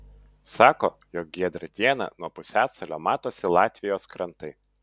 sako jog giedrą dieną nuo pusiasalio matosi latvijos krantai